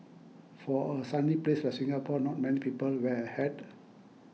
for a sunny place like Singapore not many people wear a hat